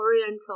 oriental